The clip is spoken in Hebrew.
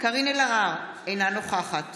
קארין אלהרר, אינה נוכחת